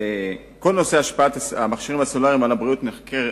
כל נושא השפעת המכשירים הסלולריים על הבריאות נחקר